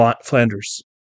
Flanders